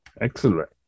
excellent